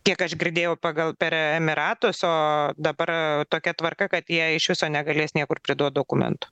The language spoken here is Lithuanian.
kiek aš girdėjau pagal per emyratus o dabar tokia tvarka kad jie iš viso negalės niekur priduot dokumentų